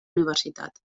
universitat